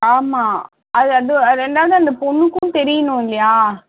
ஆமாம் அது அது அது ரெண்டாவது அந்த பொண்ணுக்கும் தெரியணும் இல்லையா